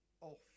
off